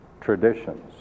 traditions